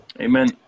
Amen